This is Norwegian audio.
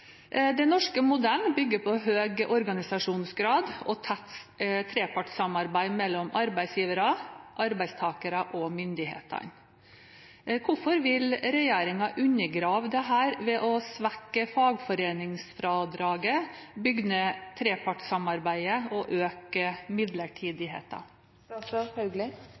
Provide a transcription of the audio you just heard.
Den norske modellen bygger på høy organisasjonsgrad og tett trepartssamarbeid mellom arbeidsgivere, arbeidstakere og myndighetene. Hvorfor vil regjeringen undergrave dette ved å svekke fagforeningsfradraget, bygge ned trepartssamarbeidet og øke